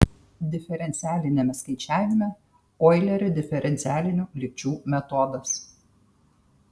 diferencialiniame skaičiavime oilerio diferencialinių lygčių metodas